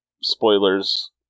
Spoilers